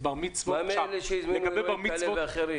ואירועים אחרים?